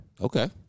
Okay